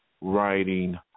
writing